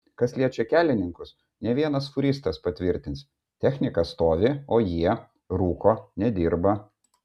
kas liečia kelininkus ne vienas fūristas patvirtins technika stovi o jie rūko nedirba